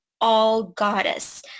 all-goddess